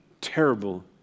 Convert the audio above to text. terrible